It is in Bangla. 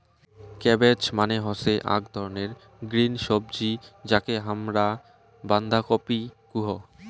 ক্যাবেজ মানে হসে আক ধরণের গ্রিন সবজি যাকে হামরা বান্ধাকপি কুহু